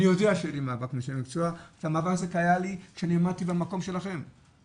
אני יודע שיהיה לי מאבק עם אנשי המקצוע,